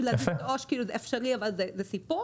כי להעביר את העו"ש זה אפשרי אבל זה סיפור,